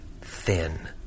thin